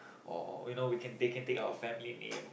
or you know they can take our family name